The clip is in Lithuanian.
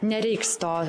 nereiks tos